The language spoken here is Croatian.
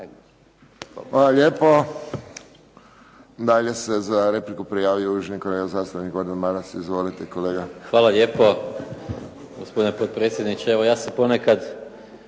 Hvala lijepo. Dalje se za repliku prijavio uvaženi kolega zastupnik Gordan Maras. Izvolite, kolega. **Maras, Gordan (SDP)** Hvala lijepo gospodine potpredsjedniče. Evo, ja se ponekad